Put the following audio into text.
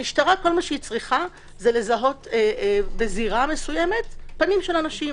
המשטרה רק צריכה לזהות בזירה מסוימת פנים של אנשים.